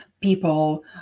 people